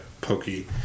pokey